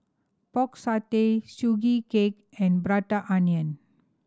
Pork Satay Sugee Cake and Prata Onion